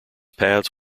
paths